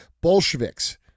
Bolsheviks